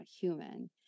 human